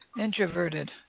Introverted